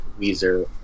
Weezer